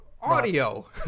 audio